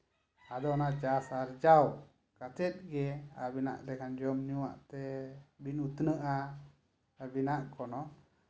ᱟᱫᱚ ᱚᱱᱟ ᱪᱟᱥ ᱟᱨᱡᱟᱣ ᱠᱟᱛᱮᱫ ᱜᱮ ᱟᱵᱤᱱᱟᱜ ᱞᱮᱠᱟᱱ ᱡᱚᱢ ᱧᱩᱣᱟᱜᱛᱮ ᱵᱤᱱ ᱩᱛᱱᱟᱹᱜᱼᱟ ᱟᱹᱵᱤᱱᱟᱜ ᱠᱚᱱᱳ